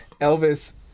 Elvis